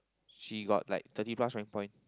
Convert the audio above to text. she got like thirty plus rank point